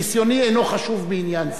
ניסיוני אינו חשוב בעניין זה.